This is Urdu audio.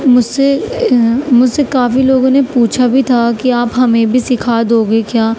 مجھ سے مجھ سے کافی لوگوں نے پوچھا بھی تھا کہ آپ ہمیں بھی سکھا دو گے کیا